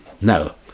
No